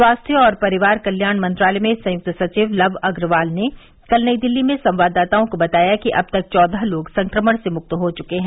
स्वास्थ्य और परिवार कल्याण मंत्रालय में संयुक्त सचिव लव अग्रवाल ने कल नई दिल्ली में संवाददाताओं को बताया कि अब तक चौदह लोग संक्रमण से मुक्त हो चुके हैं